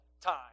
time